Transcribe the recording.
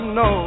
no